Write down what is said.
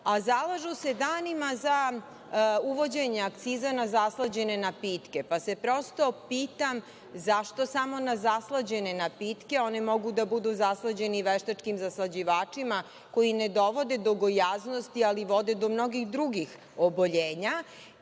a zalažu se danima za uvođenje akciza na zaslađene napitke, pa se prosto pitam – zašto samo na zaslađene napitke, oni mogu da budu zaslađeni i veštačkim zaslađivačima koji ne dovode do gojaznosti, ali vode do mnogih drugih oboljenja